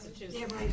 Massachusetts